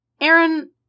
Aaron